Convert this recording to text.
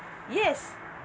yes